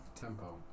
Tempo